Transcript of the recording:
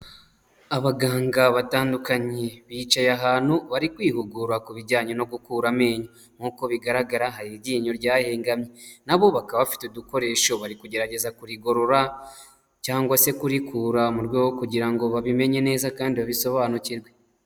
Abaganga batandukanye bicaye ahantu bari kwihugura ku bijyanye no gukura amenyo, nk'uko bigaragara hari iryinyo ryahengamye, nabo bakaba bafite udukoresho, bari kugerageza kurigorora cyangwa se kurikura mu rwego rwo kugira ngo babimenye neza kandi babisobanukirwe.